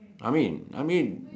I mean I mean